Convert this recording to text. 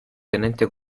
tenente